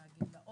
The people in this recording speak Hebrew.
ייקרה.